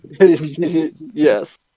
Yes